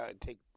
take